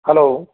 hello